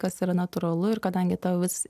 kas yra natūralu ir kadangi tavo visas